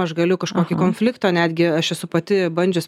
aš galiu kažkokį konfliktą netgi aš esu pati bandžius